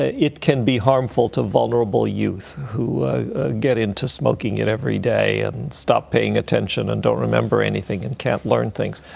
ah it can be harmful to vulnerable youth who get into smoking it every day and stop paying attention and don't remember anything and can't learn things.